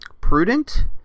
prudent